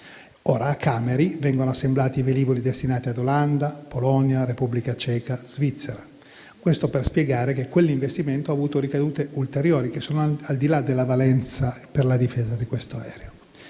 Ora a Cameri vengono assemblati i velivoli destinati a Olanda, Polonia, Repubblica Ceca, Svizzera, questo per spiegare che quell'investimento ha avuto ricadute ulteriori che vanno al di là della valenza per la difesa di questo aereo.